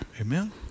Amen